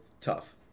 tough